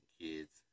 kids